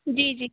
जी जी